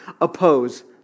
oppose